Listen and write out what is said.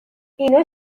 اینا